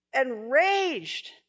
enraged